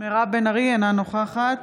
אינה נוכחת